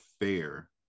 fair